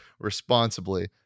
responsibly